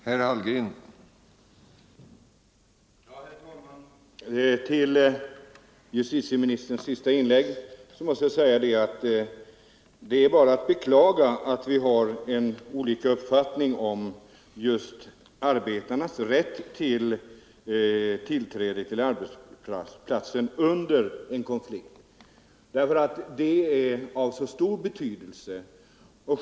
Herr talman! Till justitieministerns senaste inlägg vill jag säga att det är att beklaga att vi har olika uppfattning om just arbetarnas rätt till tillträde till arbetsplatsen under en konflikt. Detta är en fråga av stor betydelse.